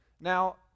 Now